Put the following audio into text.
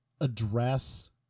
address